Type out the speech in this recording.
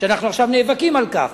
אנחנו עכשיו נאבקים על כך,